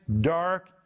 dark